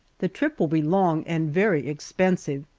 the trip will be long and very expensive,